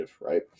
right